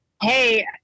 Hey